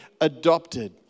adopted